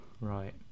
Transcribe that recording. right